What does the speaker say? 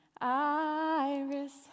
Iris